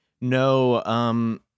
No